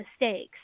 mistakes